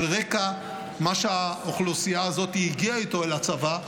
רקע מה שהאוכלוסייה הזאת הגיעה איתו אל הצבא,